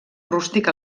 rústic